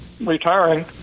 retiring